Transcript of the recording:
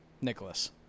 Nicholas